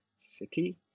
City